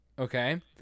Okay